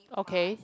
okay